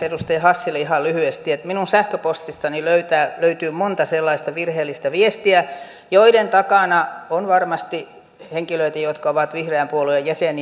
edustaja hassille ihan lyhyesti että minun sähköpostistani löytyy monta sellaista virheellistä viestiä joiden takana on varmasti henkilöitä jotka ovat vihreän puolueen jäseniä